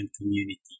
community